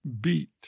beat